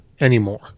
anymore